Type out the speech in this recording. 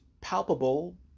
palpable